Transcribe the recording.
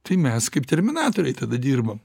tai mes kaip terminatoriai tada dirbam